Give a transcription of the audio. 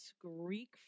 Greek